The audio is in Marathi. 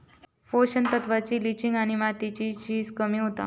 पोषक तत्त्वांची लिंचिंग आणि मातीची झीज कमी होता